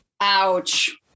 Ouch